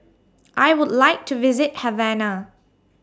I Would like to visit Havana